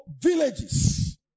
villages